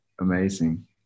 amazing